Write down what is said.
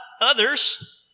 others